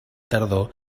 tardor